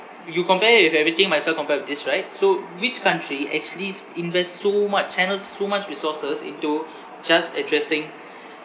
you compare if everything myself compare with this right so which country actuallys invest so much channels so much resources into just addressing